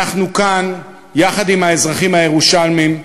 אנחנו כאן, יחד עם האזרחים הירושלמים,